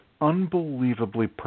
unbelievably